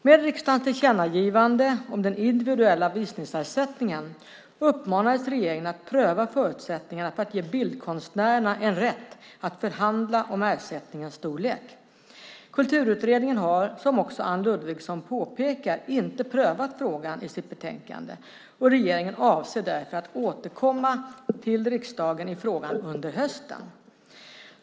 Med riksdagens tillkännagivande om den individuella visningsersättningen uppmanades regeringen att pröva förutsättningarna för att ge bildkonstnärerna en rätt att förhandla om ersättningens storlek. Kulturutredningen har, som också Anne Ludvigsson påpekar, inte prövat frågan i sitt betänkande. Regeringen avser därför att återkomma till riksdagen i frågan under hösten.